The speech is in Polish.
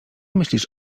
myślisz